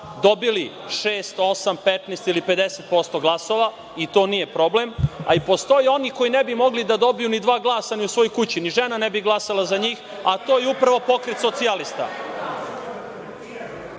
dobili 6, 8, 15 ili 50% glasova, i to nije problem, ali postoje i oni koji ne bi mogli ni dva glasa ni u svojoj kući, ni žena ne bi glasala za njega, a to je upravo Pokret socijalista.